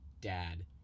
dad